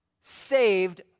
saved